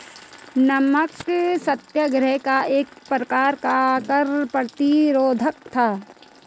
नमक सत्याग्रह एक प्रकार का कर प्रतिरोध था